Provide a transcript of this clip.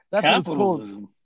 Capitalism